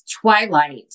Twilight